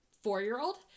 four-year-old